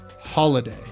Holiday